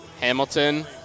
Hamilton